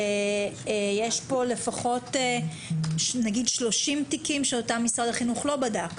שיש פה לפחות 30 תיקים שאותם משרד החינוך לא בדק.